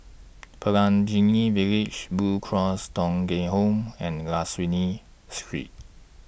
Pelangi Village Blue Cross Thong Kheng Home and La Salle Street